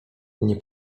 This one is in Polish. nie